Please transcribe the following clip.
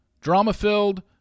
drama-filled